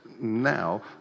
now